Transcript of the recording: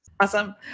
Awesome